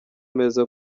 meza